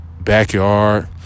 backyard